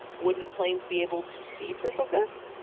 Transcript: wouldn't planes be able to see proof of this?